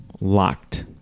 locked